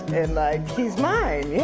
and like he's mine! it's